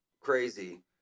crazy